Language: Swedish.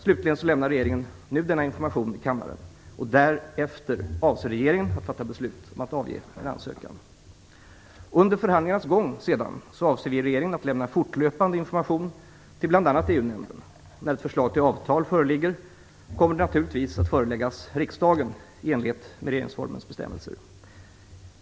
Slutligen lämnar regeringen nu denna information i kammaren. Därefter avser regeringen att fatta beslut om att avge en ansökan. Under förhandlingarnas gång avser regeringen att lämna fortlöpande information till bl.a. EU-nämnden. När ett förslag till avtal föreligger kommer det naturligtvis att föreläggas riksdagen, i enlighet med regeringsformens bestämmelser.